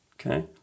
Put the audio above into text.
okay